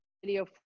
video